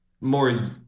more